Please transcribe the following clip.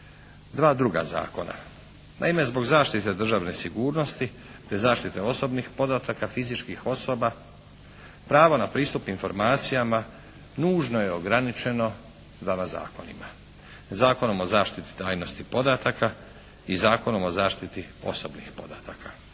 dva druga zakona. Naime, zbog zaštite državne sigurnosti te zaštite osnovnih podataka, fizičkih osoba pravo na pristup informacijama nužno je ograničeno dvama zakonima, Zakonom o zaštiti tajnosti podataka i Zakonom o zaštiti osobnih podataka.